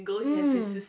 mm